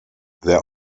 their